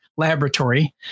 laboratory